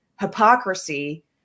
hypocrisy